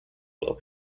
little